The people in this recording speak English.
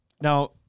now